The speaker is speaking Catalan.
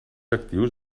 actius